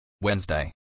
Wednesday